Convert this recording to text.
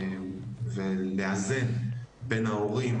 ולאזן בין ההורים,